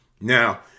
Now